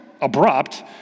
abrupt